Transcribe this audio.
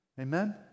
amen